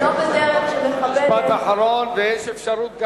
אדוני היושב-ראש,